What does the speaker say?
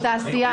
הוא תעשיין